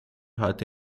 heute